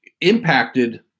impacted